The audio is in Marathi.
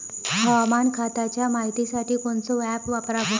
हवामान खात्याच्या मायतीसाठी कोनचं ॲप वापराव?